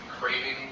craving